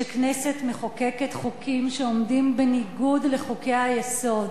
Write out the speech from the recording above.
כשכנסת מחוקקת חוקים שעומדים בניגוד לחוקי-היסוד,